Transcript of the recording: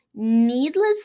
needless